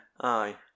aye